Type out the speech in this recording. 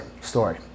story